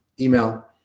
email